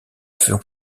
feu